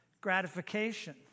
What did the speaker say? gratification